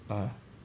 (uh huh)